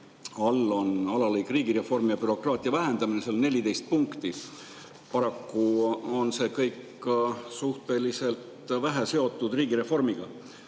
on alaosa "Riigireform ja bürokraatia vähendamine", kus on 14 punkti. Paraku on see kõik suhteliselt vähe seotud riigireformiga.